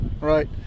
right